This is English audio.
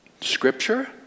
Scripture